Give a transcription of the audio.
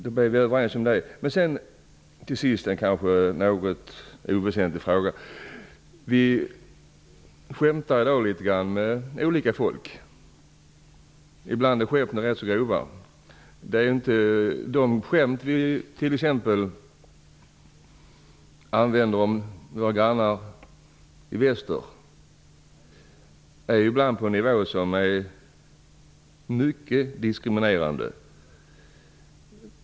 Då blev vi överens om det. Till sist en kanske något oväsentlig fråga. Vi skämtar litet med olika folk. Ibland är skämten rätt så grova. T .ex. är skämten om våra grannar i väster ibland på en nivå som gör att de är mycket diskriminerande.